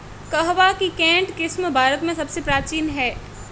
कहवा की केंट किस्म भारत में सबसे प्राचीन है